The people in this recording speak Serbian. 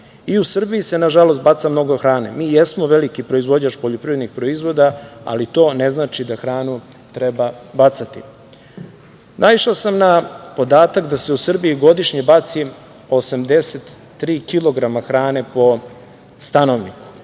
u Srbiji se, nažalost, baca mnogo hrane. Mi jesmo veliki proizvođač poljoprivrednih proizvoda, ali to ne znači da hranu treba bacati. Naišao sam na podatak da se u Srbiji godišnje baci 83 kilograma hrane po stanovniku,